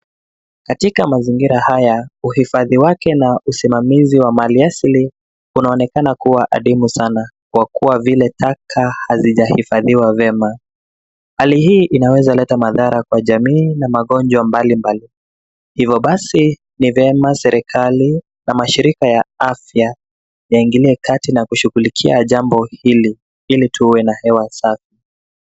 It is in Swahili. Katika mazingira haya, uhifadhi wake na usimamizi wa mali asili, unaonekana kuwa adimu sana, kwa kuwa vile taka hazijahifadhiwa vyema. Hali hii inaweza leta madhara kwa jamii na magonjwa mbalimbali. Hivyo basi, serikali na mashirika ya afya yaingilie kati na kushughulikia jambo hili ili tuwe na hewa safi.